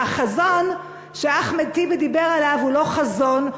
והחזון שאחמד טיבי דיבר עליו הוא לא חזון,